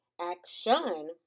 action